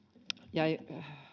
jäi